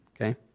okay